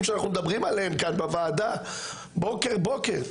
שאנחנו מדברים עליהם כאן בוועדה בוקר בוקר,